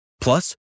Plus